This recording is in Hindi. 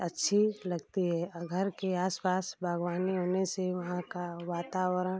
अच्छी लगती है घर के आस पास बागवानी होने से वहाँ का वातावरण